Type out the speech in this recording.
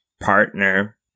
partner